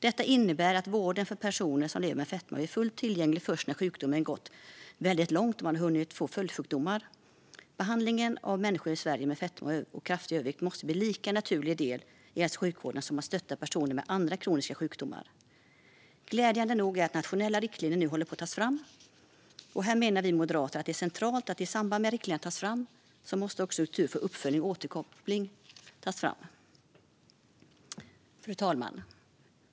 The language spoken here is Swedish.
Detta innebär att vården för personer med fetma är fullt tillgänglig när sjukdomen gått långt och man har hunnit få följdsjukdomar. Behandlingen av människor i Sverige med fetma eller kraftig övervikt måste bli en lika naturlig del i hälso och sjukvården som att stötta personer med andra kroniska sjukdomar. Glädjande är att nationella riktlinjer håller på att tas fram. Här menar vi moderater att det är centralt att i samband med att riktlinjerna tas fram måste också en struktur för uppföljning och återkoppling tas fram. Fru talman!